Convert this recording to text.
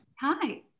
Hi